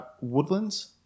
Woodlands